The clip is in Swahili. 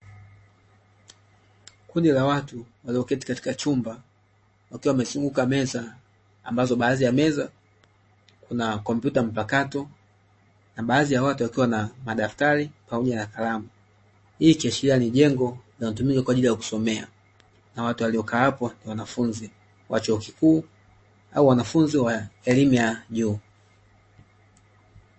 Kundi la watu walioketi katika chumba wakiwa wamezunguka meza ambazo baadhi ya meza kuna kompyuta mpakato, na baadhi ya watu wakiwa na madaftari pamoja na kalamu. Hii ikiashiria ni jengo linalotumika kwa ajili ya kusomea, na watu walio kaa hapo ni wanafunzi wa chuo kikuu au wanafunzi wa elimu ya juu.